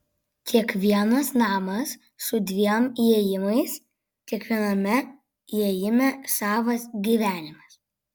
kiekvienas namas su dviem įėjimais kiekviename įėjime savas gyvenimas